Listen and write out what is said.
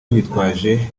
bitwaje